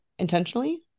intentionally